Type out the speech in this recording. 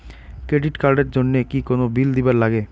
Credit card এর জন্যে কি কোনো বিল দিবার লাগে?